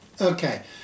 okay